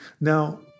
Now